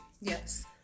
Yes